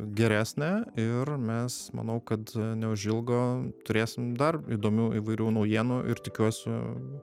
geresnė ir mes manau kad neužilgo turėsim dar įdomių įvairių naujienų ir tikiuosi